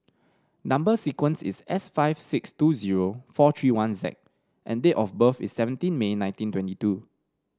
number sequence is S five six two zero four three one Z and date of birth is seventeen May nineteen twenty two